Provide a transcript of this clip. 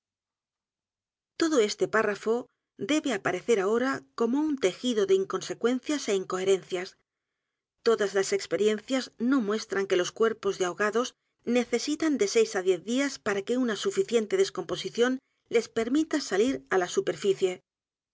todo este párrafo debe aparecer ahora como un t e jido de inconsecuencias é incoherencias todas las experiencias no muestran que los cuerpos de ahogados necesitan de seis á diez días para que u n a suficiente descomposición les permita salir á la